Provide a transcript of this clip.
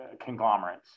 conglomerates